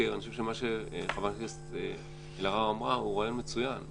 אני חושב שמה שחברת הכנסת אלהרר הוא רעיון מצוין.